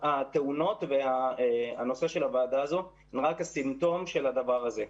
התאונות והנושא של הוועדה הזאת הם רק הסימפטום של הדבר הזה.